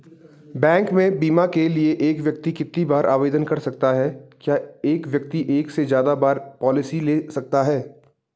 Bank में बीमे के लिए एक व्यक्ति कितनी बार आवेदन कर सकता है क्या एक व्यक्ति एक से ज़्यादा बीमा पॉलिसी ले सकता है?